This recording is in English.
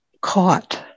caught